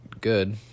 good